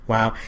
Wow